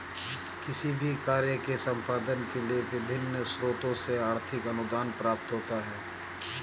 किसी भी कार्य के संपादन के लिए विभिन्न स्रोतों से आर्थिक अनुदान प्राप्त होते हैं